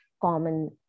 common